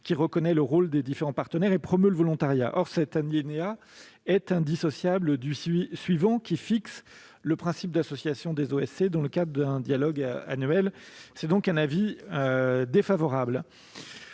qui reconnaît le rôle des différents partenaires et promeut le volontariat. Or cet alinéa est indissociable du suivant, qui fixe le principe d'association des OSC dans le cadre d'un dialogue annuel. Avis défavorable,